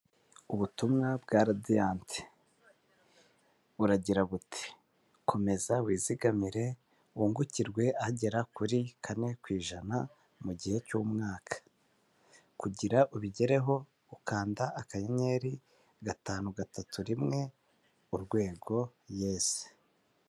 Ubutumwa bwa Radiyanti buragira buti komeza wizigamire wungukirwe agera kuri kane ku ijana mu gihe cy'umwaka kugira ubigereho ukanda akanyeri gatanu gatatu rimwe urwego yesi.